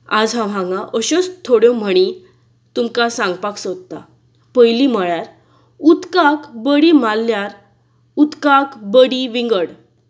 आज हांव हांगा अश्योंच थोड्यो म्हणी तुमकां सांगपाक सोदता पयली म्हळ्यार उदकाक बडी मारल्यार उदकाक बडी विंगड